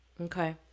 Okay